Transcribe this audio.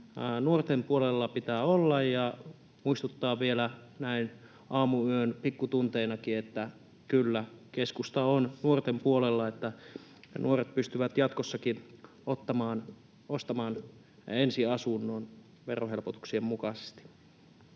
nuorten puolella pitää olla ja muistuttaa vielä näin aamuyön pikkutunteinakin, että kyllä, keskusta on nuorten puolella, että nuoret pystyvät jatkossakin ostamaan ensiasunnon verohelpotuksien mukaisesti.